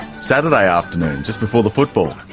saturday afternoon just before the football.